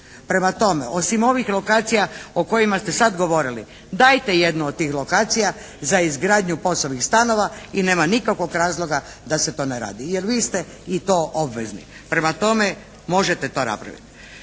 Prema tome, osim ovih lokacija o kojima ste sada govorili dajte jednu od tih lokacija za izgradnju POS-ovih stanova i nema nikakvog razloga da se to ne radi. Jer vi ste i to obvezni. Prema tome, možete to napravit.